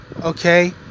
okay